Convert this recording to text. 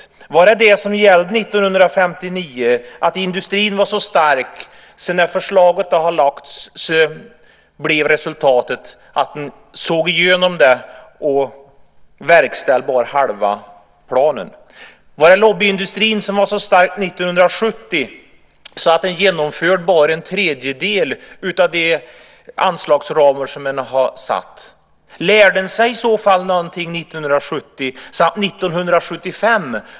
Var det vad som gällde 1959, att industrin var så stark att när förslaget lagts blev resultatet att man såg igenom det och verkställde bara halva planen? Var det lobbyindustrin som var så stark 1970 att den genomförde bara en tredjedel av de anslagsramar som hade satts? Lärde man sig någonting från 1970 till 1975?